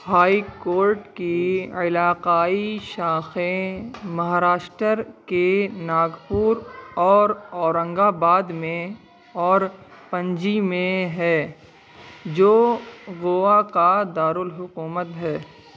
high court کی علاقائی شاخیں مہاراشٹر کے ناگپور اور اورنگ آباد میں اور پنجی میں ہے جو گووا کا دارالحکومت ہے